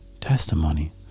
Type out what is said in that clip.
testimony